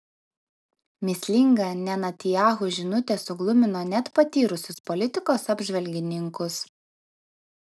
mįslinga netanyahu žinutė suglumino net patyrusius politikos apžvalgininkus